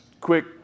quick